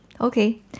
Okay